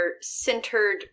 centered